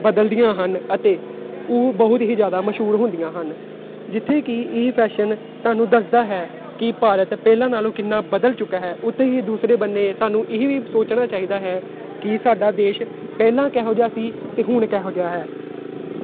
ਬਦਲਦੀਆਂ ਹਨ ਅਤੇ ਉਹ ਬਹੁਤ ਹੀ ਜ਼ਿਆਦਾ ਮਸ਼ਹੂਰ ਹੁੰਦੀਆਂ ਹਨ ਜਿੱਥੇ ਕਿ ਇਹ ਫ਼ੈਸ਼ਨ ਤੁਹਾਨੂੰ ਦੱਸਦਾ ਹੈ ਕਿ ਭਾਰਤ ਪਹਿਲਾਂ ਨਾਲੋਂ ਕਿੰਨਾ ਬਦਲ ਚੁੱਕਾ ਹੈ ਉੱਥੇ ਹੀ ਦੂਸਰੇ ਬੰਨੇ ਸਾਨੂੰ ਇਹ ਵੀ ਸੋਚਣਾ ਚਾਹੀਦਾ ਹੈ ਕਿ ਸਾਡਾ ਦੇਸ਼ ਪਹਿਲਾਂ ਕਿਹੋ ਜਿਹਾ ਸੀ ਅਤੇ ਹੁਣ ਕਿਹੋ ਜਿਹਾ ਹੈ